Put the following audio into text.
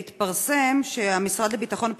התפרסם שהמשרד לביטחון הפנים,